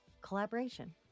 collaboration